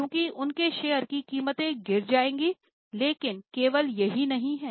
क्योंकि उनके शेयर की कीमतें गिर जाएंगी लेकिन केवल यही नहीं हैं